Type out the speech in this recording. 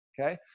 Okay